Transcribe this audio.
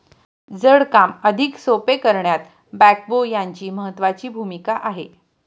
जड काम अधिक सोपे करण्यात बेक्हो यांची महत्त्वाची भूमिका आहे